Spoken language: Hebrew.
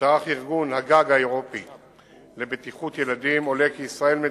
שערך ארגון הגג האירופי לבטיחות ילדים ישראל,